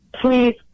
Please